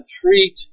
treat